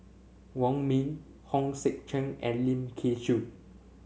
Wong Ming Hong Sek Chern and Lim Kay Siu